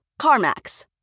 CarMax